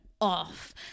off